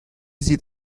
sieht